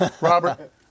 Robert